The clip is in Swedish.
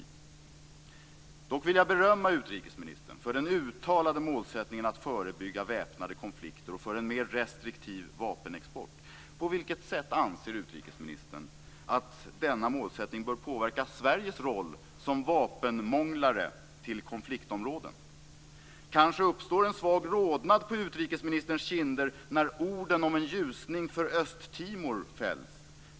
Dock vill jag berömma utrikesministern för den uttalade målsättningen att förebygga väpnade konflikter och för en mer restriktiv vapenexport. På vilket sätt anser utrikesministern att denna målsättning bör påverka Sveriges roll som vapenmånglare till konfliktområden? Kanske uppstår en svag rodnad på utrikesministerns kinder när orden om en ljusning för Östtimor fälls.